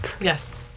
Yes